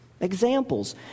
Examples